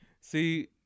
See